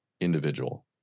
individual